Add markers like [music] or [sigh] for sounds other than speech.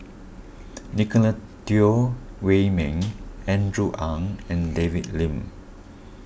[noise] Nicolette Teo Wei Min Andrew Ang and David Lim